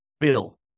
Bill